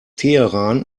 teheran